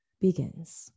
begins